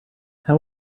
how